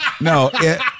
No